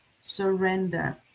Surrender